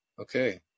okay